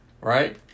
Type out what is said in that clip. Right